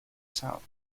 south